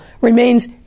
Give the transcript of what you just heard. remains